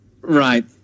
right